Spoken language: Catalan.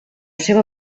seva